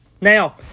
Now